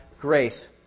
grace